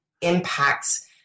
impacts